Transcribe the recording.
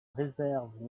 réserve